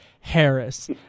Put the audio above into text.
Harris